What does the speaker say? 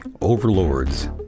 overlords